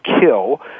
kill